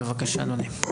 בבקשה, אדוני.